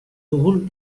núvol